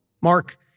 Mark